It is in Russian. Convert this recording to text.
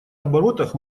оборотах